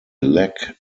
lack